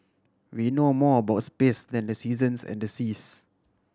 we know more about space than the seasons and the seas